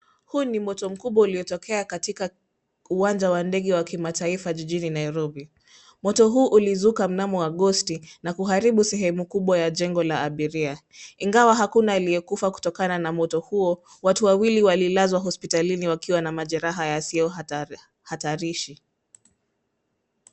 Huu ni moto mkubwa uliotokea katika uwanja wa ndege wa kimataifa jijini Nairobi. Moto huu ulizuka mnamo Agosti na kuharibu sehemu kubwa jengo la abiria. Ingawa hakuna aliyekufa kutokana na moto huo watu wawili walilazwa hospitalini wakiwa na majeraha yasiyo hatarishi.